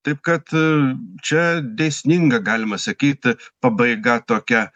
taip kad čia dėsninga galima sakyt pabaiga tokia